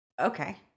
Okay